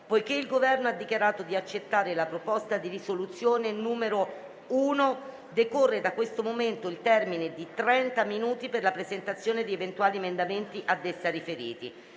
Poiché il Governo ha dichiarato di accettare la proposta di risoluzione n. 1, decorre da questo momento il termine di trenta minuti per la presentazione di eventuali emendamenti a essa feriti.